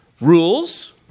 Rules